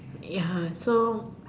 ya so